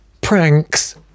pranks